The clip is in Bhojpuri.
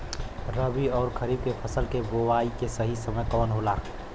रबी अउर खरीफ के फसल के बोआई के सही समय कवन होला?